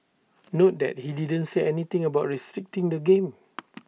note that he didn't say anything about restricting the game